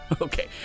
Okay